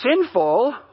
sinful